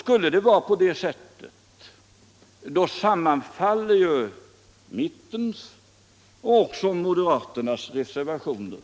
Skulle det vara på det sättet, sammanfaller ju mittens och moderaternas reservationer.